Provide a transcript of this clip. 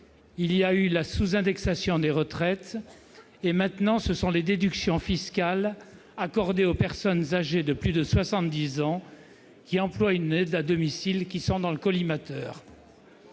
il y a eu la sous-indexation des retraites ; et maintenant ce sont les déductions fiscales accordées aux personnes âgées de plus de 70 ans employant une aide à domicile qui sont dans le collimateur.